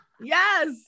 Yes